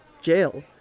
jail